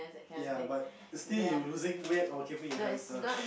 ya but still you losing weight or keeping your healthy stuff